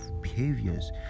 behaviors